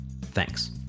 Thanks